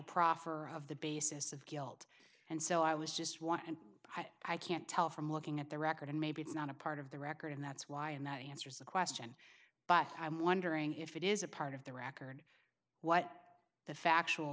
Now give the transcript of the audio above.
proffer of the basis of guilt and so i was just one and i can't tell from looking at the record and maybe it's not a part of the record and that's why and that answers the question but i'm wondering if it is a part of the record what the factual